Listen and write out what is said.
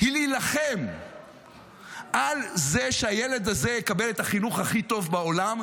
היא להילחם על זה שהילד הזה יקבל את החינוך הכי טוב בעולם,